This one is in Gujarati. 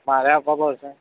મારે આપવા પડશે